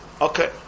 Okay